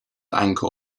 angkor